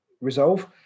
resolve